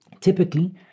typically